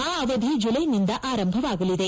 ಆ ಅವಧಿ ಜುಲ್ಯೆನಿಂದ ಆರಂಭವಾಗಲಿದೆ